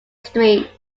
street